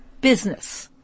business